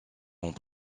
ont